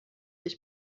ich